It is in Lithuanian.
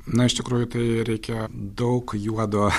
na iš tikrųjų tai reikia daug juodo